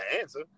answer